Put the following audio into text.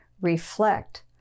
reflect